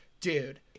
dude